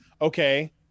Okay